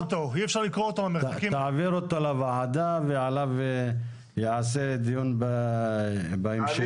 לוועדה ועליו ייעשה דיון בהמשך.